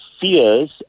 fears